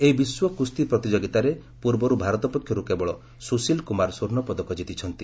ଏହି ବିଶ୍ୱ କୁସ୍ତି ପ୍ରତିଯୋଗିତାରେ ପୂର୍ବରୁ ଭାରତ ପକ୍ଷରୁ କେବଳ ସୁଶୀଲ କୁମାର ସ୍ୱର୍ଣ୍ଣପଦକ କିତିଛନ୍ତି